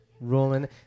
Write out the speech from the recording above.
rolling